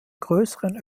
größeren